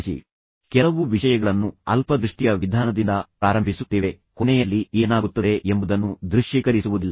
ಆದ್ದರಿಂದ ಎಲ್ಲಾ ಸಮಯದಲ್ಲೂ ನಾವು ಕೆಲವು ವಿಷಯಗಳನ್ನು ಬಹಳ ಅಲ್ಪದೃಷ್ಟಿಯ ವಿಧಾನದಿಂದ ಪ್ರಾರಂಭಿಸುತ್ತೇವೆ ಮತ್ತು ಕೊನೆಯಲ್ಲಿ ಏನಾಗುತ್ತದೆ ಎಂಬುದನ್ನು ನಾವು ದೃಶ್ಯೀಕರಿಸುವುದಿಲ್ಲ